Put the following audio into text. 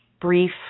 brief